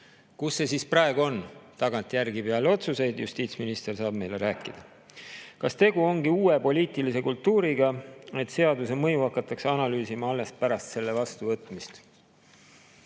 Kus see siis praegu on, tagantjärele peale otsuseid? Justiitsminister saab meile rääkida. Kas tegu ongi uue poliitilise kultuuriga, et seaduse mõju hakatakse analüüsima alles pärast selle vastuvõtmist?